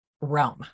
realm